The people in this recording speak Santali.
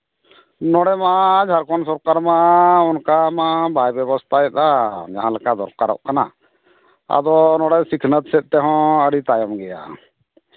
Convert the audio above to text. ᱱᱚᱰᱮ ᱢᱟ ᱡᱷᱟᱲᱠᱷᱚᱸᱰ ᱥᱚᱨᱠᱟᱨ ᱢᱟ ᱚᱱᱠᱟ ᱢᱟ ᱵᱟᱭ ᱵᱮᱵᱚᱥᱛᱷᱟᱭᱮᱫᱼᱟ ᱡᱟᱦᱟᱸ ᱞᱮᱠᱟ ᱫᱚᱨᱠᱟᱨᱚᱜ ᱠᱟᱱᱟ ᱟᱫᱚ ᱱᱚᱰᱮ ᱥᱤᱠᱷᱱᱟᱹᱛ ᱥᱮᱫ ᱛᱮᱦᱚᱸ ᱟᱹᱰᱤ ᱛᱟᱭᱚᱢ ᱜᱮᱭᱟ